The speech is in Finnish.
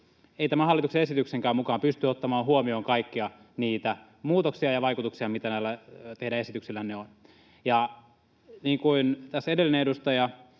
ei tämän hallituksen esityksenkään mukaan pysty ottamaan huomioon kaikkia niitä muutoksia ja vaikutuksia, mitä näillä teidän esityksillänne on. Ja niin kuin tässä edellinen edustaja